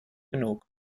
genug